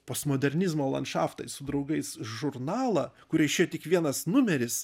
postmodernizmo landšaftai su draugais žurnalą kurio išėjo tik vienas numeris